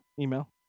Email